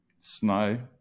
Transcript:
snow